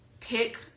Pick